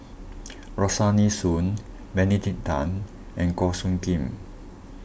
Rosaline Soon Benedict Tan and Goh Soo Khim